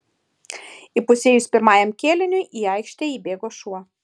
įpusėjus pirmajam kėliniui į aikštę įbėgo šuo